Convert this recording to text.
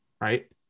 right